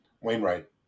Wainwright